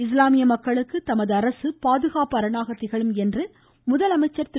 இஸ்லாமிய மக்களுக்கு தமது அரசு பாதுகாப்பு அரணாக திகழும் என்று முதலமைச்சர் திரு